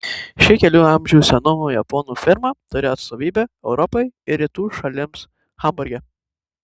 ši kelių amžių senumo japonų firma turi atstovybę europai ir rytų šalims hamburge